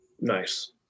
Nice